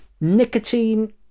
Nicotine